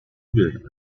nudeln